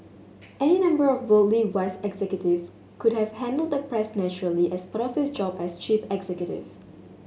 any number of worldly wise executives could have handled the press naturally as part of his job as chief executive